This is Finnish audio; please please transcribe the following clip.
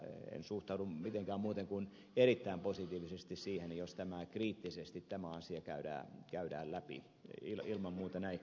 en suhtaudu mitenkään muutoin kuin erittäin positiivisesti siihen jos tämä asia kriittisesti käydään läpi ilman muuta näin